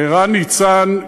ערן ניצן,